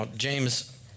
James